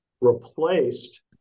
replaced